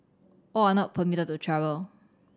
all are not permitted to travel